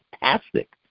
fantastic